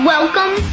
Welcome